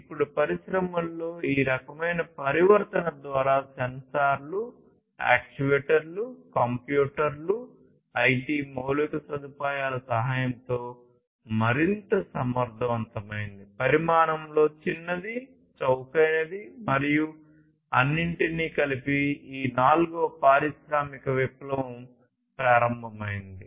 ఇప్పుడు పరిశ్రమలలో ఈ రకమైన పరివర్తన ద్వారా సెన్సార్లు యాక్యుయేటర్లు కంప్యూటర్లు ఐటి మౌలిక సదుపాయాల సహాయంతో మరింత సమర్థవంతమైనది పరిమాణంలో చిన్నది చౌకైనది మరియు అన్నింటినీ కలిపి ఈ నాల్గవ పారిశ్రామిక విప్లవం ప్రారంభమైంది